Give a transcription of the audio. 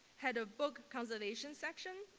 head of book conservation section.